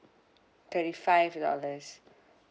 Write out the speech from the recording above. twenty five dollars